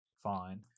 fine